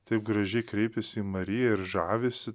taip gražiai kreipėsi į mariją ir žavisi